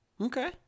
okay